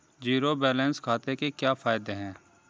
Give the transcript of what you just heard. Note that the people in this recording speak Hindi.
ज़ीरो बैलेंस खाते के क्या फायदे हैं?